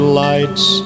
lights